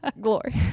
Glory